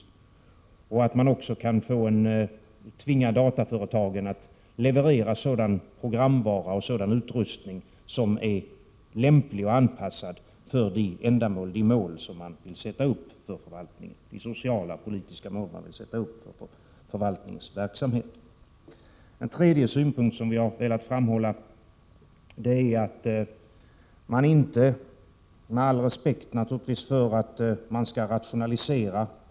Man kan också tvinga dataföretagen att leverera sådan programvara och utrustning som är lämplig och anpassad för de sociala och politiska mål man vill sätta upp för förvaltningens verksamhet. En tredje synpunkt som vi har velat framhålla är att man inte får driva rationaliseringsaspekten alltför extremt — detta sagt med all respekt för att arbetet skall rationaliseras.